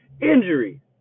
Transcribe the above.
Injury